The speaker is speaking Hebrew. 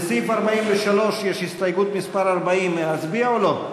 לסעיף 43 יש הסתייגות מס' 40, להצביע או לא?